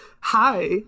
hi